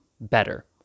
better